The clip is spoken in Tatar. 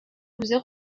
үзе